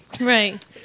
Right